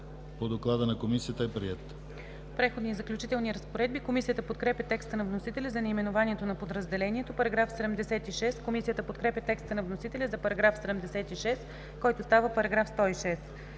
по доклада на Комисията е приет.